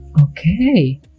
Okay